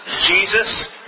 Jesus